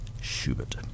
Schubert